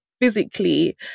physically